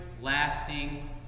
lasting